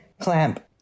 clamp